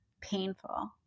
Painful